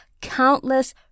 countless